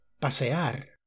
Pasear